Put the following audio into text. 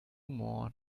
more